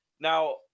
now